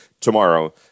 tomorrow